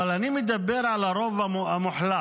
אבל אני מדבר על הרוב המוחלט